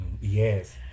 Yes